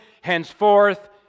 Henceforth